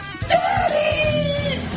Daddy